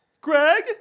Greg